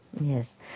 Yes